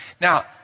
Now